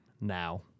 now